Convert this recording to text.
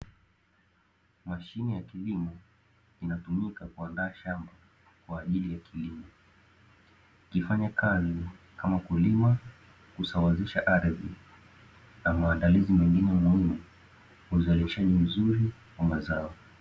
Mashine ya kilimo inayotumika kuandaa shamba kwaajili ya kilimo ikifanya kazi kama kulima, kusawazisha ardhi na maandalizi mengine muhimu uzalishaji mzuri wa mazao.